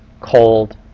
cold